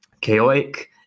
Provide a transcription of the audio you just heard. chaotic